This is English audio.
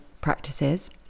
practices